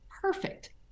Perfect